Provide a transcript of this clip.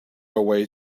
away